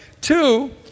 Two